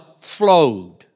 flowed